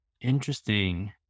Interesting